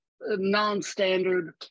non-standard